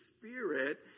spirit